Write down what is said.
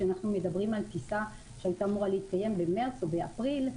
כשאנחנו מדברים על טיסה שהייתה אמורה להתקיים במרץ ובאפריל.